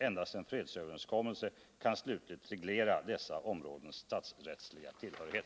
Endast en fredsöverenskommelse kan slutligt reglera dessa områdens statsrättsliga tillhörighet.